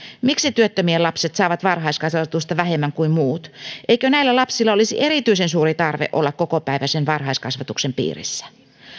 miksi työttömien lapset saavat varhaiskasvatusta vähemmän kuin muut eikö näillä lapsilla olisi erityisen suuri tarve olla kokopäiväisen varhaiskasvatuksen piirissä